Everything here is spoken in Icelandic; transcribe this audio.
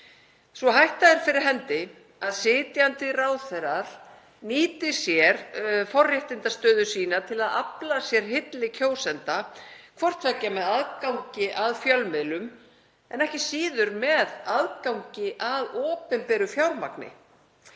Sú hætta er fyrir hendi að sitjandi ráðherrar nýti sér forréttindastöðu sína til að afla sér hylli kjósenda hvort tveggja með aðgangi að fjölmiðlum en ekki síður með aðgangi að opinberu fjármagni.